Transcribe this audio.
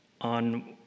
On